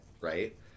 right